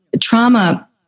trauma